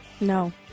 No